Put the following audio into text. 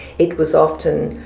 it was often.